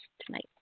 tonight